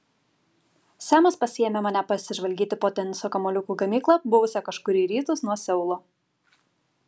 semas pasiėmė mane pasižvalgyti po teniso kamuoliukų gamyklą buvusią kažkur į rytus nuo seulo